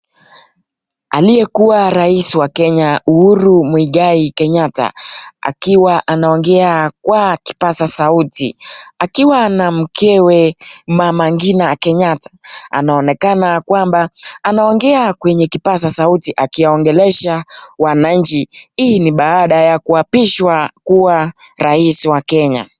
Aliyekuwa rais wa Kenya Uhuru Muigai Kenyatta akiwa anaongea kwa kipaza sauti akiwa na mkewe mama Ngina Kenyatta, anaonekana kwamba anaongea kwenye kipaza sauti akiongelesha wananchi hii ni baada ya kuapishwa kuwa rais wa Kenya.